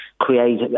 create